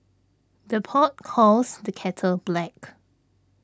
the pot calls the kettle black